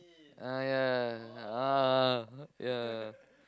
ah ya ah ya